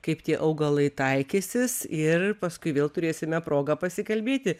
kaip tie augalai taikysis ir paskui vėl turėsime progą pasikalbėti